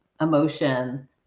emotion